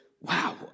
wow